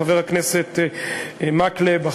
חבר הכנסת מקלב,